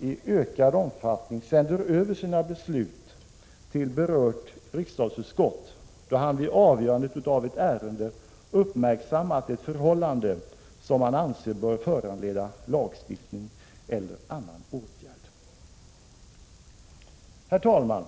i ökad omfattning sänder över sina beslut till berört riksdagsutskott då JO vid avgörande av ett ärende uppmärksammat ett förhållande som han anser bör föranleda lagstiftning eller annan åtgärd. Herr talman!